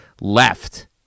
left